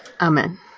Amen